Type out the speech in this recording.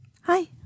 hi